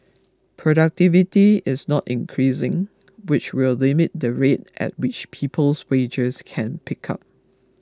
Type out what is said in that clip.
productivity is not increasing which will limit the rate at which people's wages can pick up